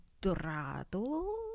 Dorado